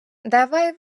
давай